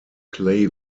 clay